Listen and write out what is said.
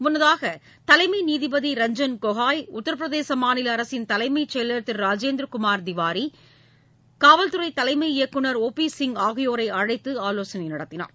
முன்னதாக தலைமை நீதிபதி ரஞ்சன் கோகாய் உத்திரபிரதேச மாநில அரசின் தலைமை செயல் திரு ராஜேந்திரகுமார் திவாரி காவல்துறை தலைமை இயக்குநர் ஒ பி சிங் ஆகியோரை அழைத்து ஆலோசனை நடத்தினார்